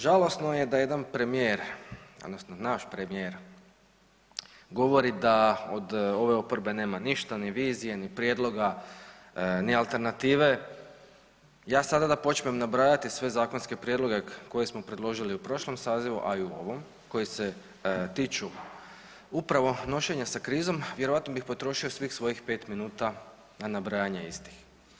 Žalosno je da jedan premijer odnosno naš premijer govori da od ove oporbe nema ništa ni vizije, ni prijedloga, ni alternative ja sada da počnem nabrajati sve zakonske prijedloge koje smo predložili u prošlom sazivu, a i u ovom koji se tiču upravo nošenja sa krizom vjerojatno bih potrošio svih svojih 5 minuta na nabrajanje istih.